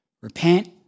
Repent